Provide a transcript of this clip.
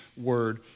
word